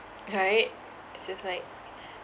alright it's just like